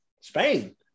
Spain